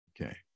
Okay